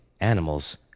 animals